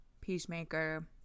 Peacemaker